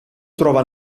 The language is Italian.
trova